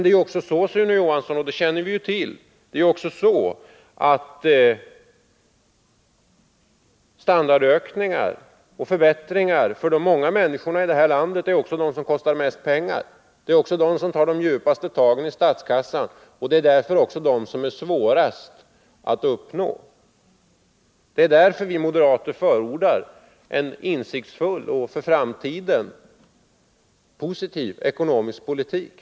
Det är ju så, Sune Johansson, att standardökningar och förbättringar för de många människorna också kostar mest pengar och tar de djupaste tagen i statskassan. Det är därför de förbättringarna är svårast att uppnå. Det är därför vi moderater förordar en insiktsfull och för framtiden positiv ekonomisk politik.